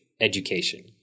education